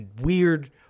weird